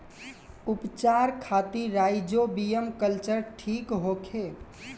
उपचार खातिर rhizobium culture ठीक होखे?